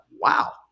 wow